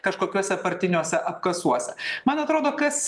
kažkokiuose partiniuose apkasuose man atrodo kas